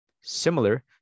Similar